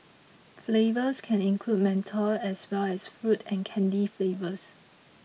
flavours can include menthol as well as fruit and candy flavours